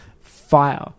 Fire